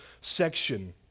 section